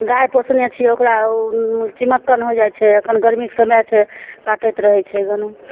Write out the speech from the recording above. गाय पोसने छियै ओकरा चिमोक्कन हो जाइ छै एखन गरमीके समय छै काटैत रहय छै बलु